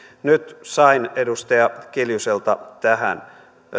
nyt sain edustaja kiljuselta tähän